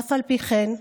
אף על פי כן,